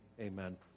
Amen